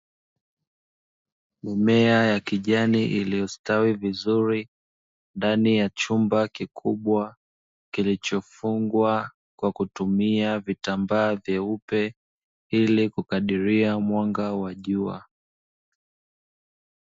Mimeya ya kijani iliyostawi vizuri, ndani ya chumba kilichofungwa kwa kutumia vitambaa vyeupe ili kukadiria mwanga wa jua.